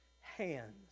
hands